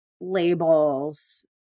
labels